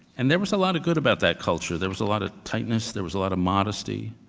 and there was a lot of good about that culture. there was a lot of tightness. there was a lot of modesty.